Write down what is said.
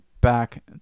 back